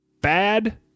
Bad